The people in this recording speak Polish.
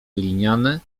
gliniane